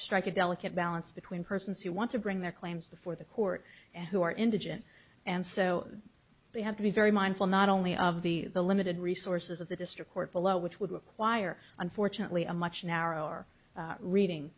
strike a delicate balance between persons who want to bring their claims before the court and who are indigent and so they have to be very mindful not only of the the limited resources of the district court below which would require unfortunately a much narrower